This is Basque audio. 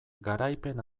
garaipen